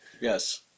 yes